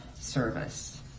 service